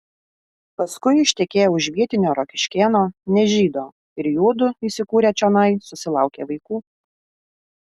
paskui ištekėjo už vietinio rokiškėno ne žydo ir juodu įsikūrę čionai susilaukė vaikų